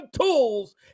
tools